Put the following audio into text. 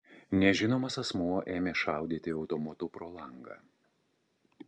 nežinomas asmuo ėmė šaudyti automatu pro langą